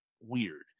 weird